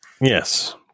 yes